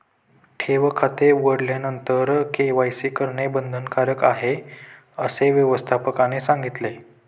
ठेव खाते उघडल्यानंतर के.वाय.सी करणे बंधनकारक आहे, असे व्यवस्थापकाने सांगितले